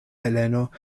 heleno